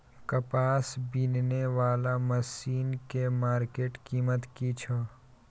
कपास बीनने वाला मसीन के मार्केट कीमत की छै?